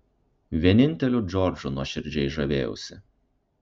vieninteliu džordžu nuoširdžiai žavėjausi